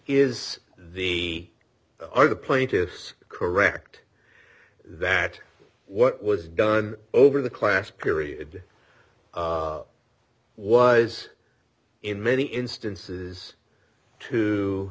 is the are the plaintiffs correct that what was done over the class period was in many instances